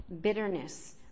bitterness